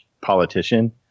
politician